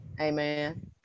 Amen